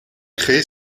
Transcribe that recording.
craie